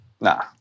Nah